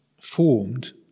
formed